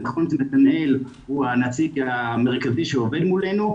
נכון שנתנאל הוא הנציג המרכזי שעובד מולנו,